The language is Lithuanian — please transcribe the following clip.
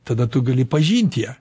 tada tu gali pažint ją